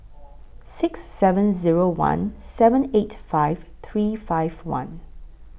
six seven Zero one seven eight five three five one